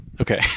Okay